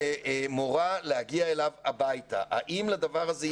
בהתחלה הסתמכנו רק על נתונים מחו"ל,